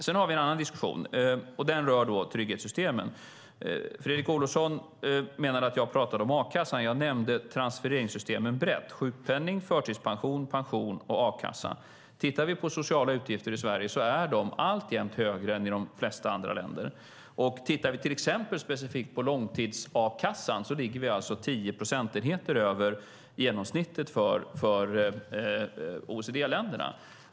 Sedan har vi en annan diskussion, och den rör trygghetssystemen. Fredrik Olovsson menade att jag pratade om a-kassan. Jag nämnde transfereringssystemen brett: sjukpenning, förtidspension, pension och a-kassa. Tittar vi på sociala utgifter i Sverige är de alltjämt högre än i de flesta andra länder. Tittar vi till exempel specifikt på långtids-a-kassan ligger vi alltså 10 procentenheter över genomsnittet för OECD-länderna.